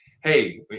hey